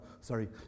Sorry